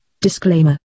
Disclaimer